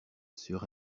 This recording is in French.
sur